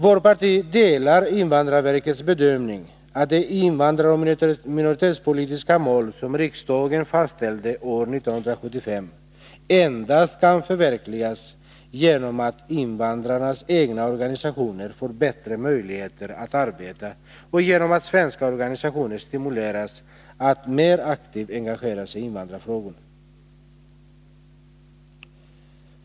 Vårt parti delar invandrarverkets bedömning att de invandraroch minoritetspolitiska mål som riksdagen fastställde år 1975 endast kan förverkligas genom att invandrarnas egna organisationer får bättre möjligheter att arbeta och genom att svenska organisationer stimuleras att mer aktivt engagera sig i invandrarfrågorna.